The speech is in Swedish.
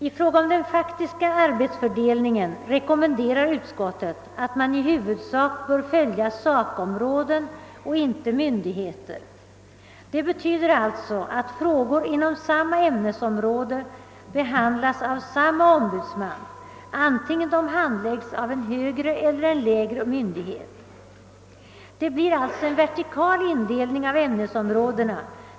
I fråga om den faktiska arbetsfördelningen rekommenderar utskottet att man i huvudsak bör följa sakområden och inte myndigheter. Det betyder alltså att frågor inom samma ämnesområde behandlas av samme ombudsman, oavsett om de handläggs av en högre eller en lägre myndighet. Det blir alltså en vertikal fördelning av ämnesområdena.